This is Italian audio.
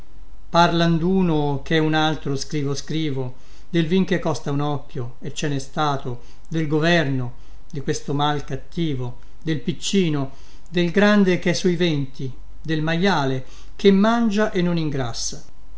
parlan duno chè un altro scrivo scrivo del vin che costa un occhio e ce nè stato del governo di questo mal cattivo del piccino del grande chè sui venti del maiale che mangia e non ingrassa